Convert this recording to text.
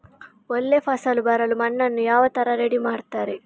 ಒಳ್ಳೆ ಫಸಲು ಬರಲು ಮಣ್ಣನ್ನು ಯಾವ ತರ ರೆಡಿ ಮಾಡ್ತಾರೆ?